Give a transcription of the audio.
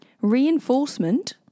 reinforcement